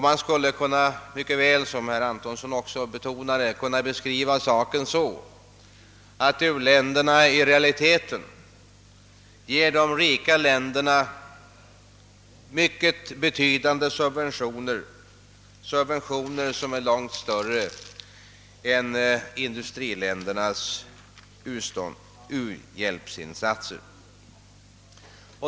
Man skulle mycket väl, som herr Antonsson betonade, kunna beskriva saken så, att u-länderna i realiteten ger de rika länderna mycket betydande subventioner, subventioner som är långt större än industriländernas u-hjälpsinsatser.